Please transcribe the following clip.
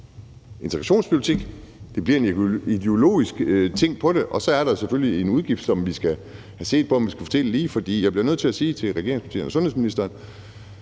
integrationspolitik, det bliver en ideologisk ting, og så er der selvfølgelig en udgift, som vi skal have set på, altså om vi skal fordele den lige. Jeg bliver nødt til at sige til regeringspartierne og sundhedsministeren,